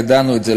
ידענו את זה,